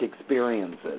experiences